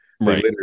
Right